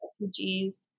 refugees